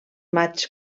matxs